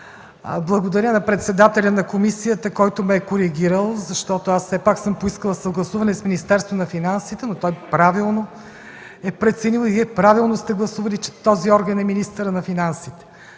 Благодаря на председателя на комисията, който ме е коригирал, защото аз все пак съм поискала съгласуване с Министерството на финансите, но той правилно е преценил и Вие правилно сте гласували, че този орган е министърът на финансите.